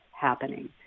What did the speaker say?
happening